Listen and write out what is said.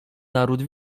naród